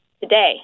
today